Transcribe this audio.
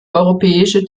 europäische